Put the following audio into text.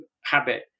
habit